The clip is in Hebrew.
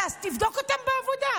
תבדוק אותם בעבודה.